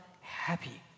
happy